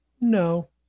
No